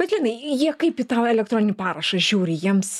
bet linai jie kaip į tą elektroninį parašą žiūri jiems